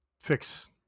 fix